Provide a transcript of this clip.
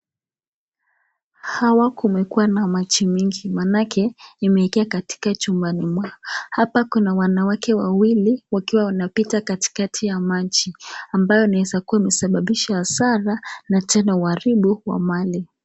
Hapa kumekua na maji mingi manake imeingia chumbani mwao, hapa kuna wanawake wawili wakiwa wamepita ndani ya maji ambayo inaweza kua imesababisha hasara na tena uharibifu wa mali.